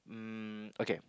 um okay